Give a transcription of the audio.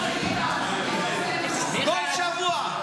כל שבוע.